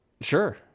Sure